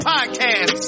Podcast